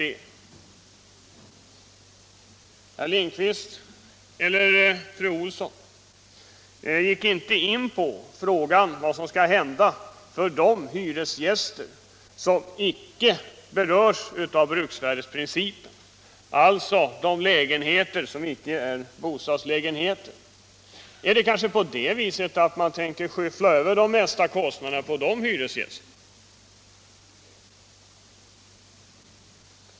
Herr Lindkvist och fru Olsson gick inte in på frågan vad som skall hända för de hyresgäster som inte berörs av bruksvärdesprincipen, alltså när det gäller de lägenheter som inte är bostadslägenheter. Tänker man kanske skyffla över de mesta kostnaderna på de hyresgästerna?